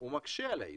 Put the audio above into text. הוא מקשה על הייצוא,